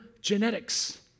genetics